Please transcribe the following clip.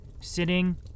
sitting